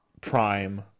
Prime